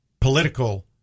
political